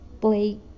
play